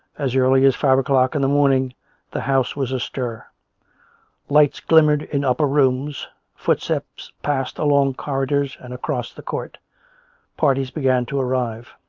as early as five o'clock in the morning the house was astir lights glimmered in upper rooms footsteps passed along corridors and across the court parties began to arrive.